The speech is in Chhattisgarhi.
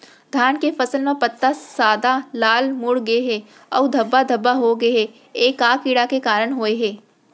धान के फसल म पत्ता सादा, लाल, मुड़ गे हे अऊ धब्बा धब्बा होगे हे, ए का कीड़ा के कारण होय हे?